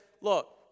look